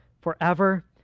forever